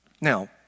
Now